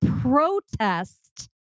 protest